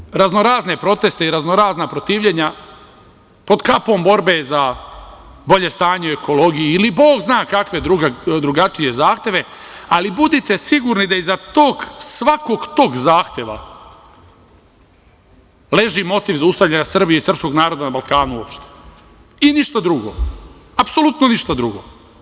Imaćete raznorazne proteste i raznorazna protivljenja pod kapom borbe za bolje stanje u ekologiji ili Bog zna kakve drugačije zahteve, ali budite sigurni da iza tog svakog zahteva, leži motiv zaustavljanja Srbije i srpskog naroda na Balkanu, uopšte, i ništa drugo, apsolutno ništa drugo.